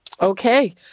Okay